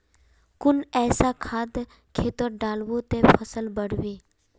कुन ऐसा खाद खेतोत डालबो ते फसल बढ़बे?